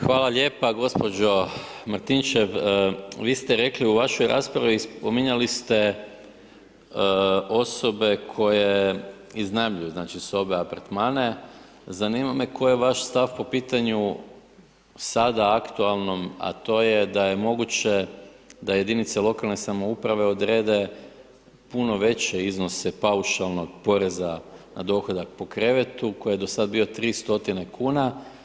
Hvala lijepa, gospođo Martinčev vi ste rekli u vašoj raspravi, spominjali ste osobe koje iznajmljuju znači sobe, apartmane, zanima me koji je vaš stav po pitanju sada aktualnom, a to je a je moguće da jedinice lokalne samouprave odrede puno veće iznose paušalnog poreza na dohodak po krevetu, koji je do sada bio 300 kuna.